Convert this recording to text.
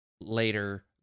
later